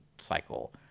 cycle